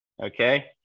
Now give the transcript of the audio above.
Okay